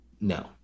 no